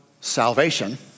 salvation